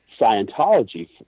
Scientology